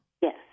Yes